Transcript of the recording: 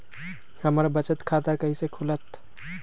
हमर बचत खाता कैसे खुलत?